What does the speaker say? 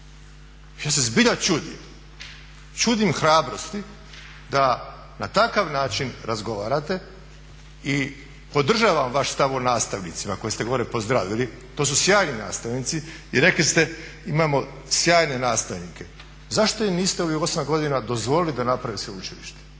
Ja se zbilja čudim, čudim hrabrosti da na takav način razgovarate. I podržavam vaš stav o nastavnicima koje ste gore pozdravili, to su sjajni nastavnici. I rekli ste imamo sjajne nastavnike. Zašto ih niste u ovih 8 godina dozvolili da naprave sveučilište?